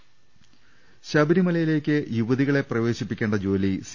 രദേഷ്ടെടു ശബരിമലയിലേക്ക് യുവതികളെ പ്രവേശിപ്പിക്ക്ണ്ട ജോലി സി